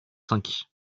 cinq